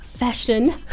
fashion